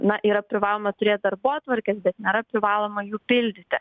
na yra privaloma turėt darbotvarkes bet nėra privaloma jų pildyti